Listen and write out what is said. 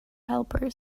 helper